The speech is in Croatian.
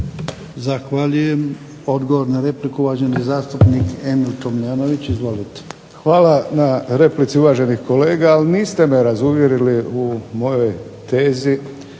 Zahvaljujem. Odgovor na repliku, uvaženi zastupnik Emil Tomljanović. Izvolite. **Tomljanović, Emil (HDZ)** Hvala na replici uvaženi kolega, ali niste me razuvjerili u mojoj tezi